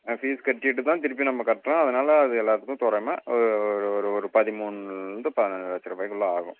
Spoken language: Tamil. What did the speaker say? ஆ ஃபீஸ் கட்டிவிட்டு தான் திருப்பியும் நம்ம கட்டுறோம் அதனால் அது எல்லாத்துக்கும் தோராயமாக ஒரு ஒரு ஒரு பதிமூணுல இருந்து பதினைஞ்சி லட்சம் ரூபாய்க்குள்ளே ஆகும்